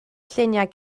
lluniau